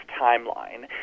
timeline